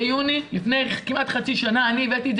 ביוני לפני כמעט חצי שנה אני הבאתי את